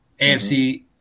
AFC